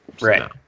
right